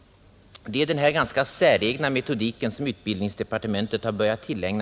Det gäller den ganska säregna metodik som utbildningsdepartementet har börjat tillämpa.